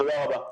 תודה רבה.